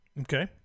Okay